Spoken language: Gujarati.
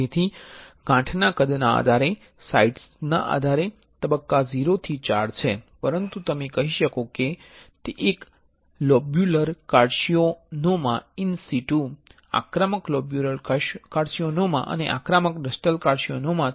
તેથી ગાંઠના કદના આધારે સાઇટ્સ ના આધારે તબક્કા 0 થી IV છે પછી તમે કહી શકો કે તે એક લોબ્યુલર કાર્સિનોમા ઇન સીટુ આક્રમક લોબ્યુલર કાર્સિનોમા અને આક્રમક ડક્ટલ કાર્સિનોમા છે